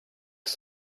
que